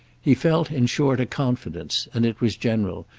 he felt in short a confidence, and it was general,